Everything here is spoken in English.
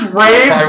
rave